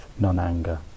non-anger